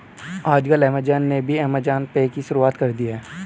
आजकल ऐमज़ान ने भी ऐमज़ान पे की शुरूआत कर दी है